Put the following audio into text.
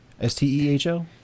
S-T-E-H-L